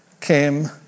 came